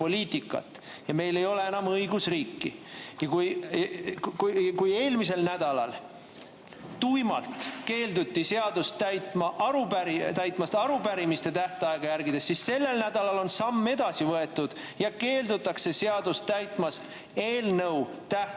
ja meil ei ole enam õigusriiki. Kui eelmisel nädalal tuimalt keelduti seadust täitmast arupärimiste tähtaega järgides, siis sellel nädalal on astutud samm edasi ja keeldutakse seadust täitmast eelnõu